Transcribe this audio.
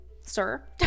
sir